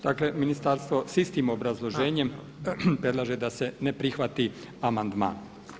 Dakle, ministarstvo sa istim obrazloženjem predlaže da se ne prihvati amandman.